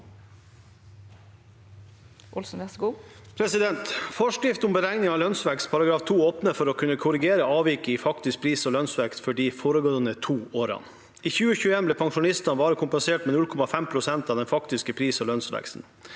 I forskrift om beregning av lønnsvekst § 2 er det hjemmel for å kunne korrigere avvik i faktisk pris- og lønnsvekst for de foregående to årene. I 2021 ble pensjonistene bare kompensert med 0,5 pst. av den faktiske pris- og lønnsveksten.